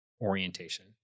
orientation